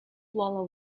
while